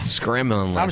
scrambling